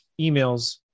emails